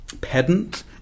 pedant